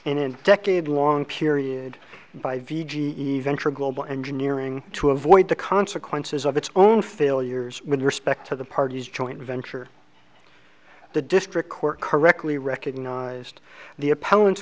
a decade long period by v g eventual global engineering to avoid the consequences of its own failures with respect to the party's joint venture the district court correctly recognized the opponent